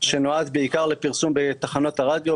שנועד בעיקר לפרסום בתחנות הרדיו,